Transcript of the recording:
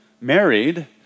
married